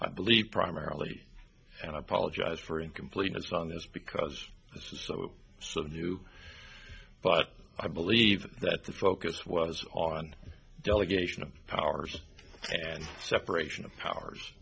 i believe primarily and i apologize for incompleteness on this because this is so new but i believe that the focus was on a delegation of powers and separation of powers